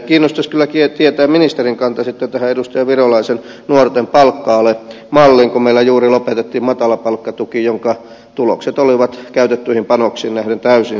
kiinnostaisi kyllä tietää ministerin kanta sitten tähän edustaja virolaisen nuorten palkka alemalliin kun meillä juuri lopetettiin matalapalkkatuki jonka tulokset olivat käytettyihin panoksiin nähden täysin surkeat